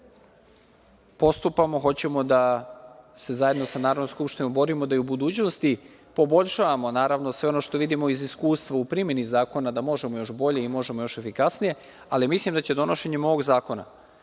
postupamo. Hoćemo da se zajedno sa Narodnom skupštinom borimo da i u budućnosti poboljšavamo sve ono što vidimo iz iskustva u primeni zakona da možemo još bolje i možemo još efikasnije, ali mislim da će donošenjem ovog zakona,